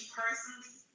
personally